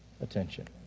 attention